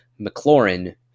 McLaurin